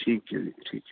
ਠੀਕ ਹੈ ਜੀ ਠੀਕ ਹੈ